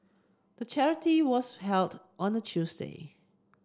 the charity was held on a Tuesday